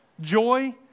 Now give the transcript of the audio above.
joy